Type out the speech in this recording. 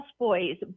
houseboys